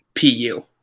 PU